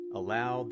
allow